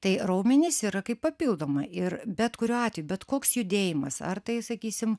tai raumenys yra kaip papildoma ir bet kuriuo atveju bet koks judėjimas ar tai sakysim